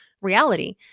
reality